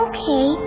Okay